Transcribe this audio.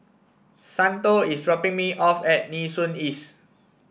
Santo is dropping me off at Nee Soon East